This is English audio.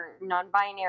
non-binary